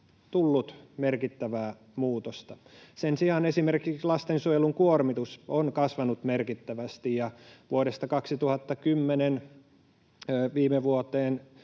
tullut merkittävää muutosta. Sen sijaan esimerkiksi lastensuojelun kuormitus on kasvanut merkittävästi, ja vuodesta 2010 viime vuoteen